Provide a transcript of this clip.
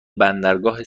بندرگاه